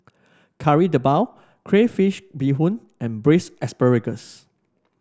Kari Debal Crayfish Beehoon and Braised Asparagus